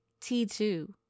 T2